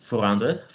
400